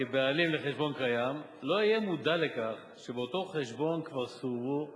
כבעלים לחשבון קיים לא יהיה מודע לכך שבאותו חשבון כבר סורבו